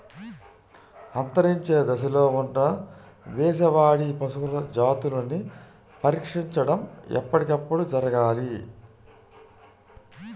అంతరించే దశలో ఉన్న దేశవాళీ పశువుల జాతులని పరిరక్షించడం ఎప్పటికప్పుడు జరగాలి